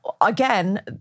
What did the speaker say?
again